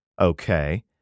Okay